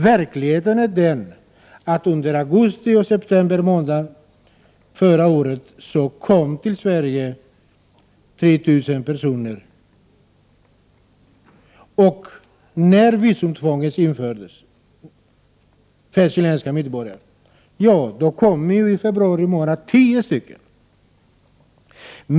Verkligheten är den att under augusti och september månad förra året kom till Sverige 3 000 personer från Chile. I februari, när visumtvånget för chilenska medborgare hade införts, kom det tio stycken.